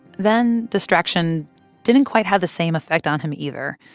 then, distraction didn't quite have the same effect on him either.